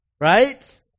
Right